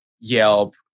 Yelp